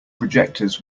projectors